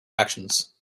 actions